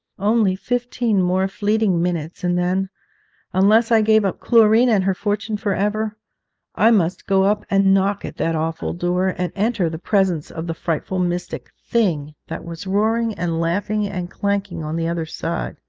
only fifteen more fleeting minutes and then unless i gave up chlorine and her fortune for ever i must go up and knock at that awful door, and enter the presence of the frightful mystic thing that was roaring and laughing and clanking on the other side!